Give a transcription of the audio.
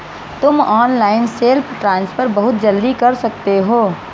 तुम online self transfer बहुत जल्दी कर सकते हो